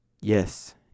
Yes